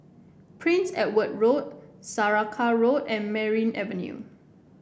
Prince Edward Road Saraca Road and Merryn Avenue